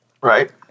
Right